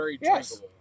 Yes